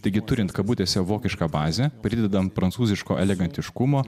taigi turint kabutėse vokišką bazę pridedant prancūziško elegantiškumo